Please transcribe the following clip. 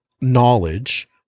knowledge